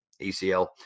ACL